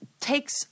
takes